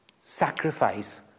sacrifice